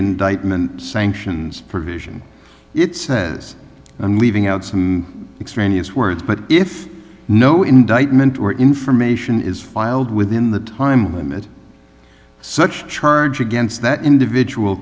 indictment sanctions provision it says i'm leaving out some extraneous words but if no indictment or information is filed within that time limit such a charge against that individual